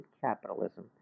capitalism